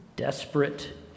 Desperate